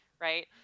Right